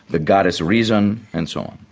the goddess reason and so on.